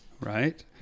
Right